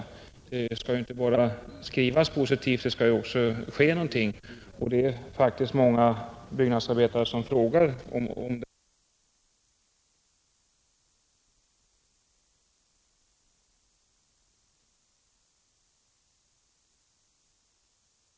Det skall inte bara skrivas positivt, det skall ju också ske någonting. Det är faktiskt många byggnadsarbetare som frågar om detta — jag har fått personliga frågor om det vid flera tillfällen.